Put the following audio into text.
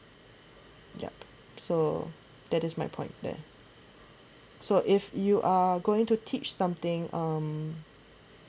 yup so that is my point there so if you are going to teach something um